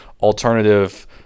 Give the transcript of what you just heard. alternative